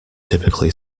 typically